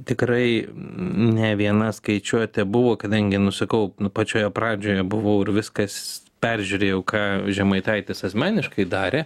tikrai ne viena skaičiuotė buvo kadangi nu sakau nu pačioje pradžioje buvau ir viskas peržiūrėjau ką žemaitaitis asmeniškai darė